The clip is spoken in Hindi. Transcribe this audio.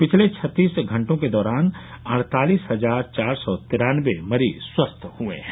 पिछले छत्तीस घंटों के दौरान अड़तालिस हजार चार सौ तिरान्नबे मरीज स्वस्थ हुए हैं